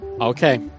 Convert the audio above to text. Okay